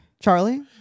Charlie